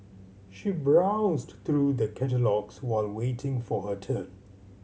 she browsed through the catalogues while waiting for her turn